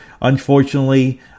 unfortunately